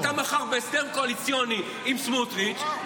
אתה מחר בהסדר קואליציוני עם סמוטריץ'